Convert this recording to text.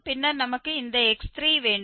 பின்னர் நமக்கு இந்த x3 வேண்டும்